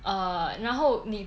uh 然后你